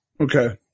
Okay